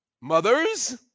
Mothers